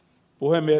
puhemies